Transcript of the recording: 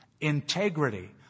integrity